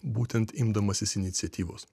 būtent imdamasis iniciatyvos